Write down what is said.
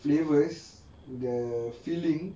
flavours the filling